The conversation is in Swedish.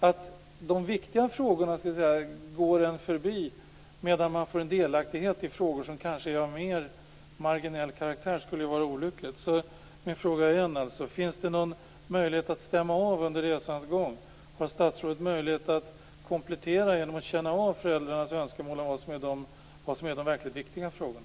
Att de viktiga frågorna går en förbi medan man får delaktighet i frågor som kanske är av mer marginell karaktär skulle vara olyckligt. Jag frågar igen: Finns det någon möjlighet att stämma av under resans gång? Har statsrådet möjlighet att komplettera genom att känna av föräldrarnas önskemål om vad som är de verkligt viktiga frågorna?